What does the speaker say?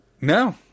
No